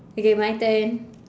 okay my turn